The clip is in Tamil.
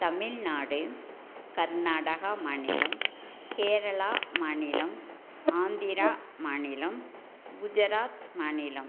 தமிழ்நாடு கர்நாட்டகா மாநிலம் கேரளா மாநிலம் ஆந்திரா மாநிலம் குஜராத் மாநிலம்